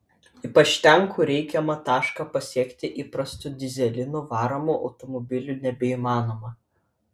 ypač ten kur reikiamą tašką pasiekti įprastu dyzelinu varomu automobiliu nebeįmanoma